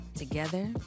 Together